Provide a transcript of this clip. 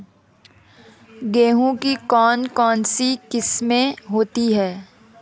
गेहूँ की कौन कौनसी किस्में होती है?